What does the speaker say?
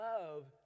love